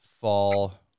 fall